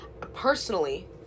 Personally